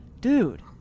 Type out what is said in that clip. Dude